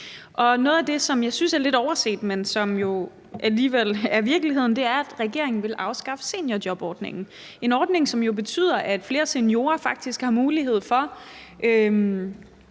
noget af det, som jeg synes er lidt overset, men som jo alligevel er virkeligheden, er, at regeringen vil afskaffe seniorjobordningen – en ordning, som betyder, at flere seniorer faktisk har mulighed for